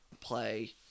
play